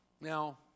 Now